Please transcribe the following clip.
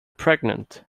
pregnant